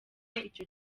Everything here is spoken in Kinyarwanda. icyo